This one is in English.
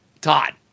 Todd